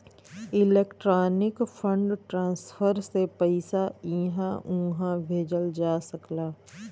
electronic fund transfer से पइसा इहां उहां भेजल जा सकला